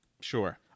Sure